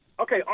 Okay